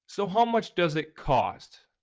so how much does it cost?